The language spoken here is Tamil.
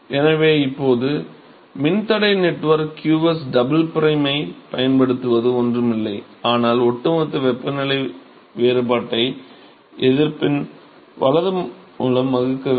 எனவே இப்போது மின்தடை நெட்வொர்க் qsdouble prime ஐப் பயன்படுத்துவது ஒன்றும் இல்லை ஆனால் ஒட்டுமொத்த வெப்பநிலை வேறுபாட்டை எதிர்ப்பின் வலது மூலம் வகுக்க வேண்டும்